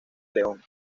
león